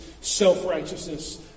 self-righteousness